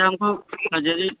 अरे हमको